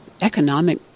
economic